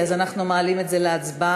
אותו דבר,